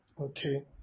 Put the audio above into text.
okay